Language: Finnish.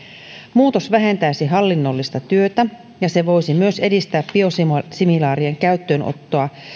muutos vähentäisi hallinnollista työtä ja se voisi myös edistää biosimilaarien käyttöönottoa